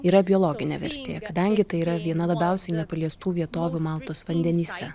yra biologinė vertė kadangi tai yra viena labiausiai nepaliestų vietovių maltos vandenyse